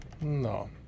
No